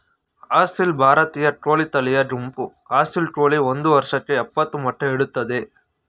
ಅಸೀಲ್ ಭಾರತೀಯ ಕೋಳಿ ತಳಿಯ ಗುಂಪು ಅಸೀಲ್ ಕೋಳಿ ಒಂದ್ ವರ್ಷಕ್ಕೆ ಯಪ್ಪತ್ತು ಮೊಟ್ಟೆ ಇಡ್ತದೆ